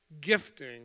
gifting